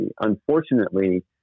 Unfortunately